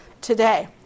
today